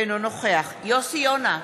אינו נוכח יוסי יונה,